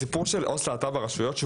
הסיפור הזה של עו״ס להט״ב ברשויות,